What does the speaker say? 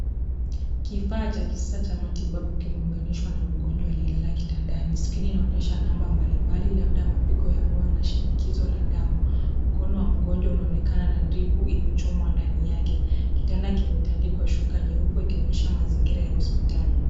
Kifaa cha kisasa cha matibabu kimeunganishwa na mgonjwa aliyelala kitandani. Skreeni inaonyesha namba mbalimbali labda mapigo ya moyo na shinikizo la damu. Mkono ya mgonjwa inaonekana na dipu imechomwa ndani yake. Kitanda kimetandikwa shuka nyeupe ikionyesha mazingira ya hospitali.